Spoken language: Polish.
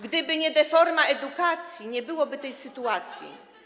Gdyby nie deforma edukacji, nie byłoby tej sytuacji.